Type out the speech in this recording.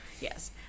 Yes